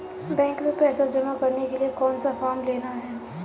Bank में पैसा जमा करने के लिए कौन सा फॉर्म लेना है?